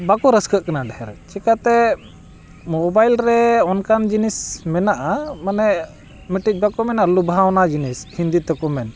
ᱵᱟᱠᱚ ᱨᱟᱹᱥᱠᱟᱹᱜ ᱠᱟᱱᱟ ᱰᱷᱮᱨ ᱪᱤᱠᱟᱹᱛᱮ ᱢᱳᱵᱟᱭᱤᱞ ᱨᱮ ᱚᱱᱠᱟᱱ ᱡᱤᱱᱤᱥ ᱢᱮᱱᱟᱜᱼᱟ ᱢᱟᱱᱮ ᱢᱤᱫᱴᱤᱡ ᱵᱟᱠᱚ ᱢᱮᱱᱟ ᱞᱚᱵᱷᱟᱣᱱᱟ ᱡᱤᱱᱤᱥ ᱦᱤᱱᱫᱤ ᱛᱮᱠᱚ ᱢᱮᱱ